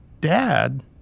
dad